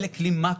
אלה כלי מקרו,